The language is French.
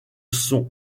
sont